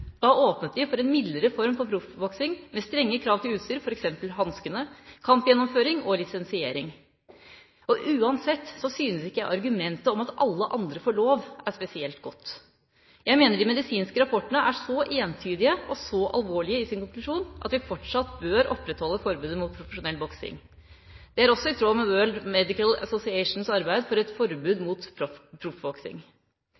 Da åpnet de for en mildere form for proffboksing med strenge krav til utstyr, f.eks. til hansker, kampgjennomføring og lisensiering. Uansett synes ikke jeg at argumentet om at alle andre får lov, er spesielt godt. Jeg mener de medisinske rapportene er så entydige og så alvorlige i sin konklusjon, at vi fortsatt bør opprettholde forbudet mot profesjonell boksing. Det er også i tråd med World Medical Associations arbeid for et forbud